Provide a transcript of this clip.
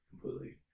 completely